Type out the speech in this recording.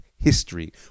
history